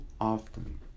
often